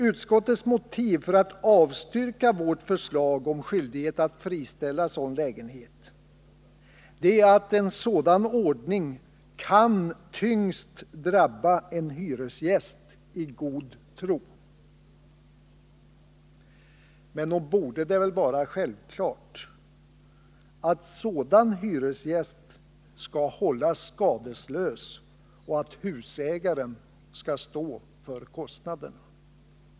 Utskottets motiv för att avstyrka vårt förslag om skyldighet att friställa sådan lägenhet är att en sådan ordning kan tyngst drabba en hyresgäst i god tro. Men nog borde det väl vara självklart att sådan hyresgäst skall hållas skadeslös och att husägaren skall stå för kostnaderna.